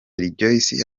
rejoice